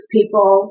people